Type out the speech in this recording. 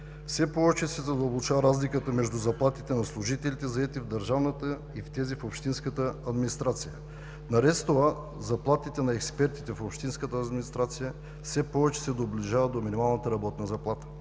Все повече се задълбочава разликата между заплатите на служителите, заети в държавната и в тези в общинската администрация. Наред с това заплатите на експертите в общинската администрация все повече се доближават до минималната работна заплата.